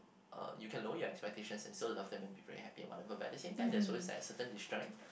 uh you can lower your expectations and still love them and be very happy or whatever but the same time there's always like a certain disjoint